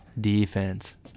defense